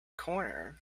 corner